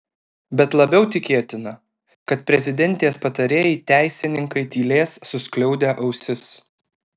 bet labiau tikėtina kad prezidentės patarėjai teisininkai tylės suskliaudę ausis